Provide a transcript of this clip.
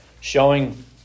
showing